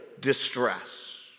distress